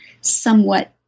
somewhat